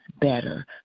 better